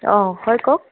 অ হয় কওক